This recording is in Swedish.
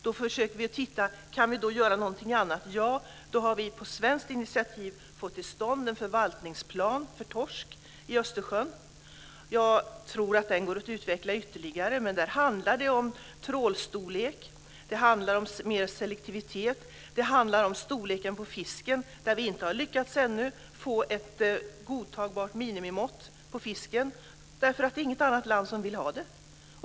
Då försöker vi titta närmare på om vi kan göra någonting annat. Och vi har på svenskt initiativ fått till stånd en förvaltningsplan för torsk i Östersjön. Jag tror att den går att utveckla ytterligare. Det handlar om trålstorlek. Det handlar om mer selektivitet. Det handlar om storleken på fisken. Vi har ännu inte lyckats få ett godtagbart minimimått på fisken därför att det inte är något annat land som vill ha det.